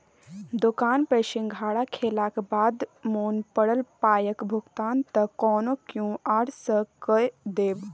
दोकान पर सिंघाड़ा खेलाक बाद मोन पड़ल पायक भुगतान त कोनो क्यु.आर सँ कए देब